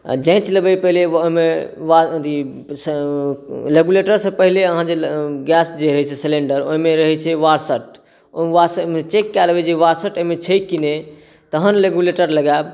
आ जाँचि लेबै पहिले एगो ओहिमे रेगुलेटरसँ पहिले अहाँ जे गैस जे होइत छै सिलेण्डर ओहिमे रहैत छै वासर ओ चैक कऽ लेबै जे ओ वासर ओहिमे छै कि नहि तहन रेगुलेटर लगायब